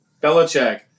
Belichick